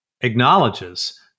acknowledges